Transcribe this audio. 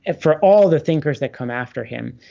and for all the thinkers that come after him,